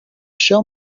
show